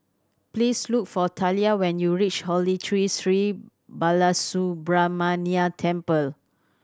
please look for Talia when you reach Holy Tree Sri Balasubramaniar Temple